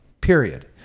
period